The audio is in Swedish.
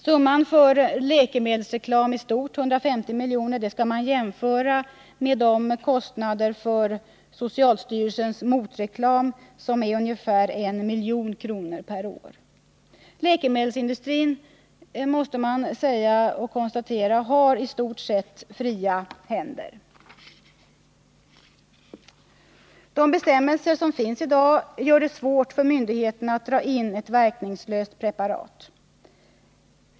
Summan för läkemedelsreklamen — 150 milj.kr. — bör jämföras med kostnaderna för socialstyrelsens ”motreklam” på ca 1 milj.kr. per år. Läkemedelsindustrin har i stort sett fria händer. De bestämmelser som i dag finns gör det svårt för myndigheterna att dra in ett verkningslöst preparat.